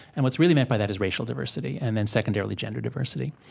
and what's really meant by that is racial diversity, and then, secondarily, gender diversity.